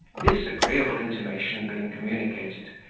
this agreeable intimation being communicated,